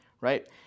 right